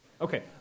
Okay